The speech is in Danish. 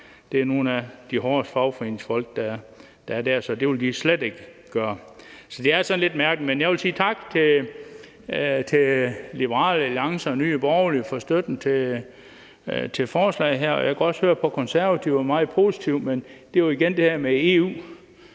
det er nogle af de hårdeste fagforeningsfolk, der er der, så det ville de slet ikke gøre. Så det er lidt mærkeligt. Men jeg vil sige tak til Liberal Alliance og Nye Borgerlige for støtten til forslaget her, og jeg kunne også høre, at Konservative var meget positive, men det er jo igen det her med